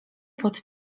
pod